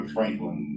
Franklin